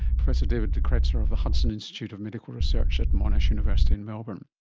professor david de krester of the hudson institute of medical research at monash university in melbourne